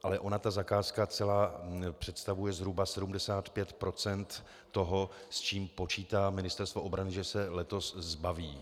Ale ona ta zakázka celá představuje zhruba 75 % toho, s čím počítá Ministerstvo obrany, že se letos zbaví.